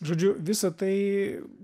žodžiu visa tai